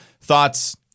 Thoughts